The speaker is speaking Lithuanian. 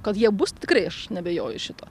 kad jie bus tikrai aš neabejoju šito